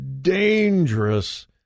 dangerous